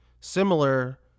similar